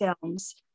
films